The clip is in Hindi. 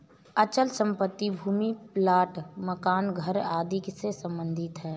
अचल संपत्ति भूमि प्लाट मकान घर आदि से सम्बंधित है